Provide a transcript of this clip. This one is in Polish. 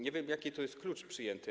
Nie wiem, jaki tu jest klucz przyjęty.